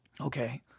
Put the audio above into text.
okay